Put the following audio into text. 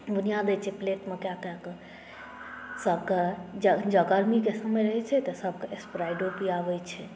बुनिआँ दैत छै प्लेटमे कए कए कऽ सभकेँ जँ गर्मीके समय रहैत छै तऽ सभकेँ स्प्राइटो पिआबैत छै